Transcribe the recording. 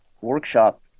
workshop